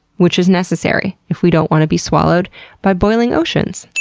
which is necessary if we don't want to be swallowed by boiling oceans.